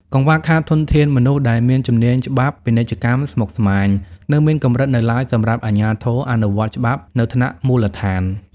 កង្វះខាតធនធានមនុស្សដែលមានជំនាញច្បាប់ពាណិជ្ជកម្មស្មុគស្មាញ នៅមានកម្រិតនៅឡើយសម្រាប់អាជ្ញាធរអនុវត្តច្បាប់នៅថ្នាក់មូលដ្ឋាន។